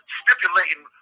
stipulating